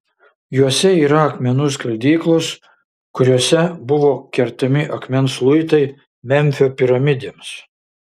juose yra akmenų skaldyklos kuriose buvo kertami akmens luitai memfio piramidėms